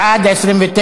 בעד, 29,